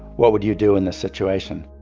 what would you do in this situation?